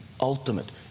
ultimate